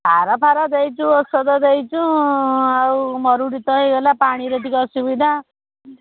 ସାରଫାର ଦେଇଛୁ ଔଷଧ ଦେଇଛୁ ଆଉ ମରୁଡ଼ି ତ ହେଇଗଲା ପାଣିର ଟିକିଏ ଅସୁବିଧା